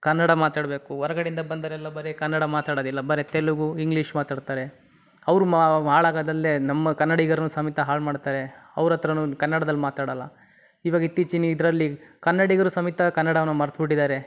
ಕನ್ನಡ ಮಾತಾಡಬೇಕು ಹೊರ್ಗಡಿಂದ ಬಂದವರೆಲ್ಲ ಬರೀ ಕನ್ನಡ ಮಾತಾಡೋದಿಲ್ಲ ಬರೀ ತೆಲುಗು ಇಂಗ್ಲೀಷ್ ಮಾತಾಡ್ತಾರೆ ಅವರು ಹಾಳಾಗೋದಲ್ದೇ ನಮ್ಮ ಕನ್ನಡಿಗರನ್ನೂ ಸಮೇತ ಹಾಳು ಮಾಡ್ತಾರೆ ಅವ್ರ ಹತ್ರನೂ ಕನ್ನಡ್ದಲ್ಲಿ ಮಾತಾಡಲ್ಲ ಇವಾಗ ಇತ್ತೀಚಿನ ಇದರಲ್ಲಿ ಕನ್ನಡಿಗರೂ ಸಮೇತ ಕನ್ನಡವನ್ನು ಮರ್ತು ಬಿಟ್ಟಿದ್ದಾರೆ